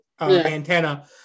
antenna